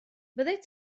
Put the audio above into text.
fyddet